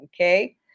Okay